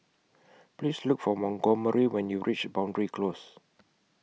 Please Look For Montgomery when YOU REACH Boundary Close